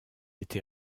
été